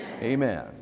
Amen